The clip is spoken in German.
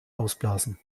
ausblasen